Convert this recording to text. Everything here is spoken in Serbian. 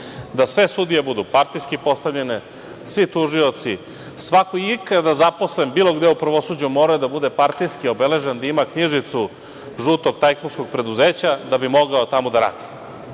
da sve sudije budu partijski postavljene, svi tužioci, svako ikada zaposlen, bilo gde u pravosuđu morao je da bude partijski obeležen i da ima knjižicu žutog tajkunskog preduzeća, da bi mogao tamo da radi.I